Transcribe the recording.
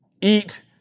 eat